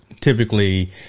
typically